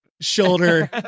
shoulder